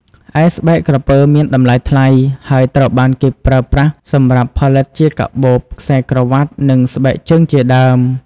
ឯស្បែកក្រពើមានតម្លៃថ្លៃ ហើយត្រូវបានគេប្រើប្រាស់សម្រាប់ផលិតជាកាបូប ខ្សែក្រវ៉ាត់ និងស្បែកជើងជាដើម។